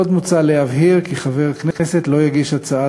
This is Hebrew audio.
עוד מוצע להבהיר כי חבר כנסת לא יגיש הצעה